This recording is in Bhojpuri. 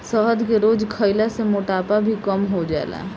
शहद के रोज खइला से मोटापा भी कम हो जाला